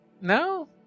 No